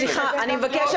סליחה, אני מבקשת.